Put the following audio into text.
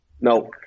No